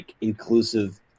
inclusive